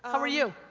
um are you?